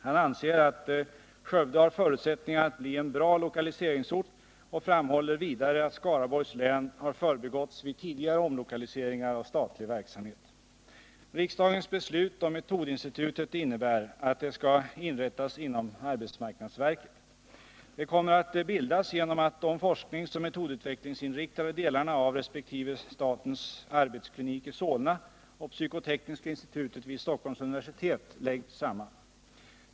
Han anser att Skövde har förutsättningar att bli en bra lokaliseringsort och framhåller vidare, att Skaraborgs län har förbigåtts vid tidigare omlokaliseringar av statlig verksamhet. Riksdagens beslut om metodinstitutet innebär, att det skall inrättas inom arbetsmarknadsverket. Det kommer att bildas genom att de forskningsoch metodutvecklingsinriktade delarna av resp. statens arbetsklinik i Solna och psykotekniska institutet vid Stockholms universitet läggs samman.